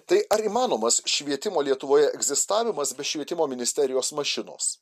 tai ar įmanomas švietimo lietuvoje egzistavimas be švietimo ministerijos mašinos